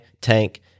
tank